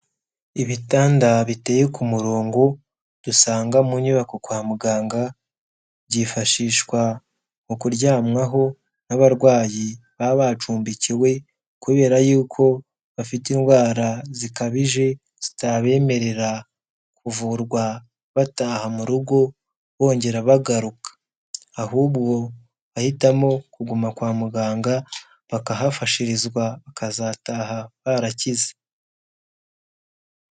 Ibitanda biteye ku murongo dusanga mu nyubako kwa muganga, byifashishwa mu kuryamwaho n'abarwayi baba bacumbikiwe, kubera yuko bafite indwara zikabije zitabemerera kuvurwa bataha mu rugo bongera bagaruka, ahubwo bahitamo kuguma kwa muganga bakahafashirizwa bakazataha barakize.